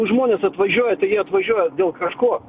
žmonės atvažiuoja atvažiuoja dėl kažko